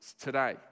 today